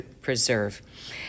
Preserve